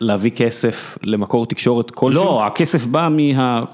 להביא כסף למקור תקשורת כלשהו. לא, הכסף בא מה...